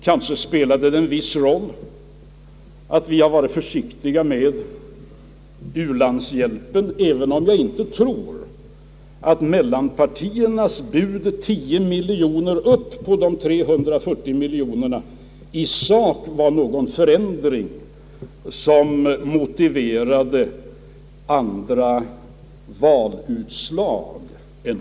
Det spelade kanske också en viss roll att vi varit försiktiga med u-landshjälpen, även om jag inte tror att mellanpartiernas bud på ytterligare 10 miljoner utöver de 340 miljonerna motiverade ett sådant valutslag.